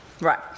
Right